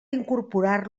incorporar